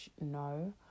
no